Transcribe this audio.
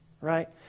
Right